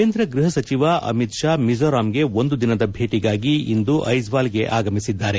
ಕೇಂದ್ರ ಗೃಹ ಸಚಿವ ಅಮಿತ್ ಶಾ ಮಿಜೋರಾಂಗೆ ಒಂದು ದಿನದ ಭೇಟಗಾಗಿ ಇಂದು ಐಜ್ವಾಲ್ಗೆ ಆಗಮಿಸಿದ್ದಾರೆ